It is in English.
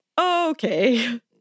Okay